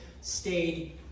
stayed